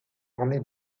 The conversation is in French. orné